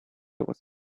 was